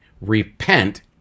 repent